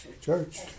Church